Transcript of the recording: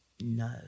No